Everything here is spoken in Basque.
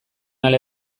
ale